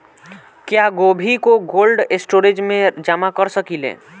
क्या गोभी को कोल्ड स्टोरेज में जमा कर सकिले?